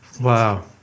Wow